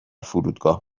فرودگاه